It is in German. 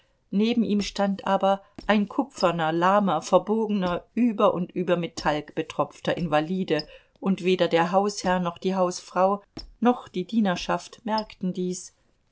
neben ihm stand aber ein kupferner lahmer verbogener über und über mit talg betropfter invalide und weder der hausherr noch die hausfrau noch die dienerschaft merkten dies